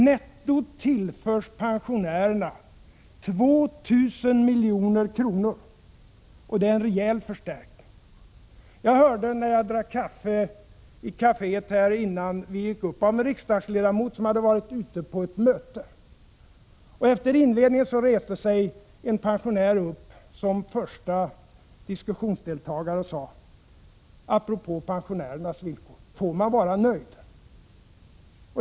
Netto tillförs pensionärerna 2 000 milj.kr. Det är en rejäl förstärkning. Jag hörde när jag drack kaffe i kaféet innan vi gick upp en riksdagsledamot som hade varit ute på ett möte. Efter inledningen reste sig en pensionär upp som förste diskussionsdeltagare och sade apropå pensionärernas villkor: Får man vara nöjd?